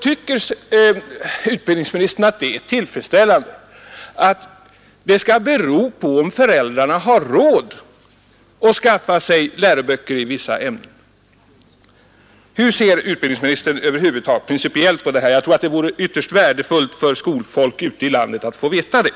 Tycker utbildningsministern att det är tillfredsställande att elevernas studiemöjligheter skall bero på om föräldrarna har råd att själva inköpa läroböcker i vissa ämnen? Hur ser utbildningsministern principiellt på detta? Det vore ytterst värdefullt för skolfolk ute i landet att få veta det.